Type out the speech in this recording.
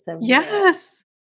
Yes